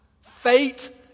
Fate